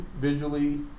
visually